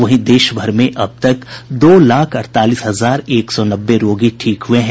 वहीं देश भर में अब तक दो लाख अड़तालीस हजार एक सौ नब्बे रोगी ठीक हुए हैं